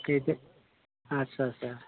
बेजों आस्सा आस्सा